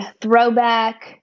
throwback